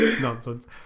Nonsense